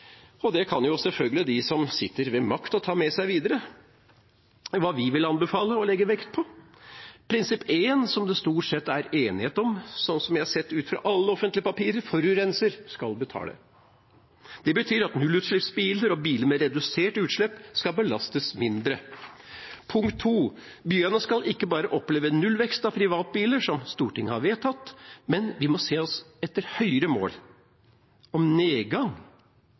og det kan jo selvfølgelig de som sitter ved makta, ta med seg videre. Her er hva vi vil anbefale å legge vekt på: Noe det stort sett er enighet om, slik jeg har sett i alle offentlige papirer, er at forurenser skal betale. Det betyr at nullutslippsbiler og biler med redusert utslipp skal belastes mindre. Byene skal ikke bare oppleve nullvekst av privatbiler, som Stortinget har vedtatt. Vi må sette oss høyere mål – en nedgang